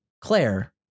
Claire